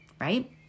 right